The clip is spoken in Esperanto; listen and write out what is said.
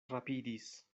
rapidis